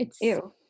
Ew